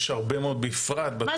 יש הרבה מאוד בפרט בתקופה האחרונה --- מה